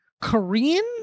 Korean